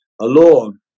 alone